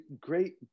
great